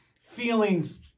feelings